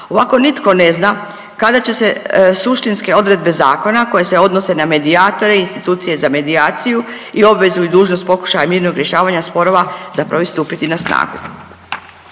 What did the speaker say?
Ovako nitko ne zna kada će se suštinske odredbe zakona koje se odnose na medijatore i institucije za medijaciju i obvezu i dužnost pokušaja mirnog rješavanja sporova zapravo i stupiti na snagu.